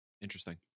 Interesting